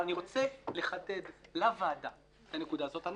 אבל אני רוצה לחדד לוועדה את הנקודה הזאת.